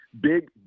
big